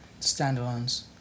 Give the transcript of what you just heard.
Standalones